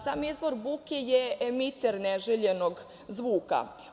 Sam izvor buke je emiter neželjenog zvuka.